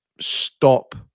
stop